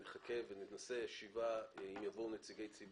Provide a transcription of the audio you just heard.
אנחנו נחכה ונקיים ישיבה אליה אם יבואו נציגי ציבור,